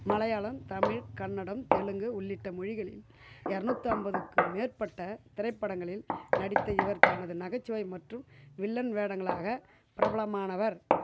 மலையாளம் தமிழ் கன்னடம் தெலுங்கு உள்ளிட்ட மொழிகளில் எரநூத்தம்பதுக்கும் மேற்பட்ட திரைப்படங்களில் நடித்த இவர் தனது நகைச்சுவை மற்றும் வில்லன் வேடங்களாக பிரபலமானவர்